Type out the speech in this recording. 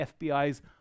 FBI's